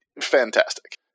fantastic